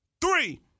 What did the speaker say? three